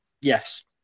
Yes